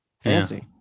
fancy